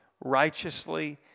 righteously